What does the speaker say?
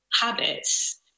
habits